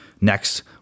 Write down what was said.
Next